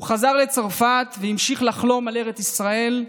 הוא חזר לצרפת והמשיך לחלום על ארץ ישראל,